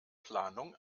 planung